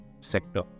sector